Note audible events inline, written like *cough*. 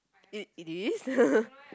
it it is *laughs*